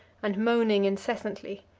and moaning incessantly,